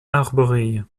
arborée